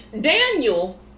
Daniel